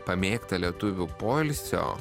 pamėgtą lietuvių poilsio